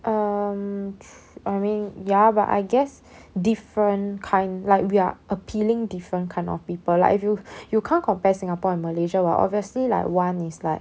um I mean ya but I guess different kind like we are appealing different kind of people like if you you can't compare singapore and malaysia [what] obviously like one is like